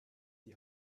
die